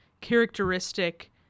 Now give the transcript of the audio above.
characteristic